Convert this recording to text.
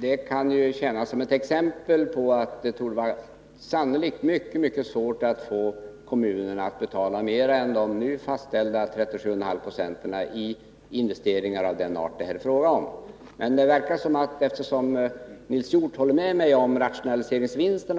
Det kan tjäna som exempel på att det sannolikt är mycket svårt att få kommunerna att betala mer än nu fastställda 37,5 90 av kostnaderna för investeringar av den art som det här är fråga om. Eftersom Nils Hjorth håller med mig om att man kan nå rationaliserings vinster,